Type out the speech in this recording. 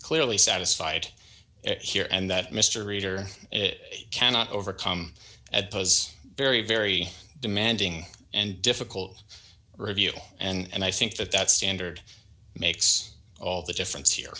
clearly satisfied here and that mr reader cannot overcome at those very very demanding and difficult review and i think that that standard makes all the difference here